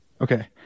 Okay